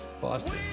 Boston